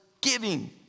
giving